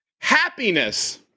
happiness